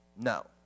No